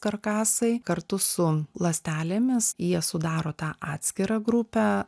karkasai kartu su ląstelėmis jie sudaro tą atskirą grupę